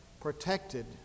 protected